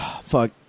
Fuck